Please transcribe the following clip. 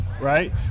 right